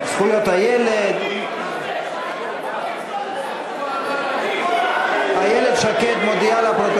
אני קובע כי הצעת החוק אושרה ותוכן לקריאה ראשונה